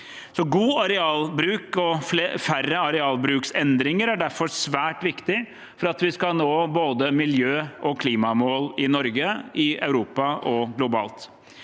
God arealbruk og færre arealbruksendringer er derfor svært viktig for at vi skal nå både miljø- og klimamål i Norge, i Europa og globalt.